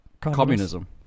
communism